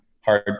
hard